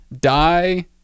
die